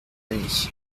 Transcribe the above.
année